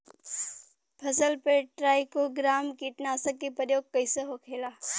फसल पे trichogramma कीटनाशक के प्रयोग कइसे होखेला?